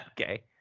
Okay